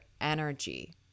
energy